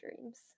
dreams